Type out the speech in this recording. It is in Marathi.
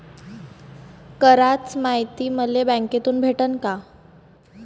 कराच मायती मले बँकेतून भेटन का?